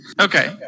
okay